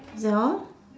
ya